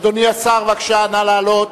אדוני השר, בבקשה, נא לעלות.